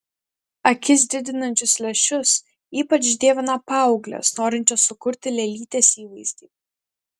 akis didinančius lęšius ypač dievina paauglės norinčios sukurti lėlytės įvaizdį